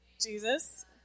Jesus